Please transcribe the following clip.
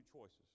choices